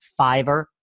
Fiverr